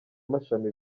mashami